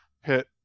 hit